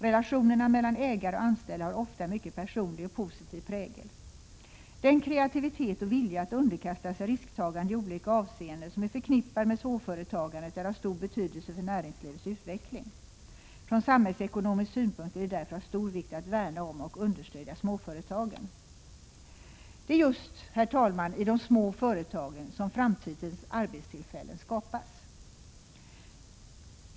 Relationerna mellan ägare och anställda har ofta en mycket personlig och positiv prägel. Den kreativitet och vilja att underkasta sig risktagande i olika avseenden som är förknippad med småföretagandet är av stor betydelse för näringslivets utveckling. Från samhällsekonomisk synpunkt är det därför av stor vikt att värna om och understödja småföretagandet.” Det är just i de små företagen som framtidens arbetstillfällen skapas.